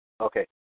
Okay